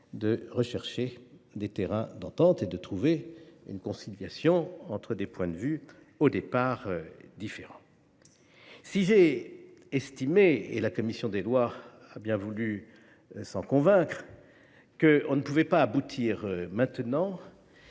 de rechercher des terrains d’entente et de trouver une conciliation entre des points de vue au départ différents. Si j’ai estimé – et la commission des lois a bien voulu s’en convaincre – que nous ne pouvions pas aboutir maintenant